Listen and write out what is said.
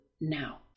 now